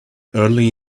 early